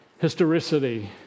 historicity